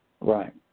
Right